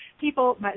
People